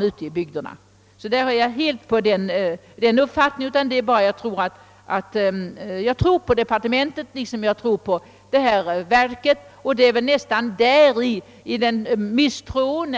ute i bygderna. Det som skiljer utskottet från reservanterna är förtroende respektive misstroende för departement och ämbetsverk.